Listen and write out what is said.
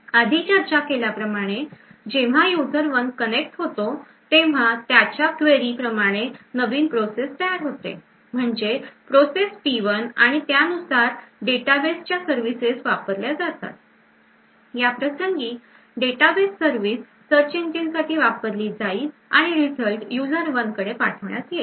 आधी चर्चा केल्याप्रमाणे जेव्हा यूजर वन कनेक्ट होतो तेव्हा त्याच्या queryप्रमाणे नवीन प्रोसेस तयार होते म्हणजे प्रोसेस P1 आणि त्यानुसार डेटाबेस च्या सर्विसेस वापरल्या जातात याप्रसंगी डेटाबेस सर्विस सर्चइंजिनसाठी वापरली जाईल आणि रिझल्ट युजर वन कडे पाठवण्यात येईल